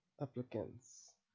applicants